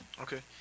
okay